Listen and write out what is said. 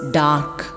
dark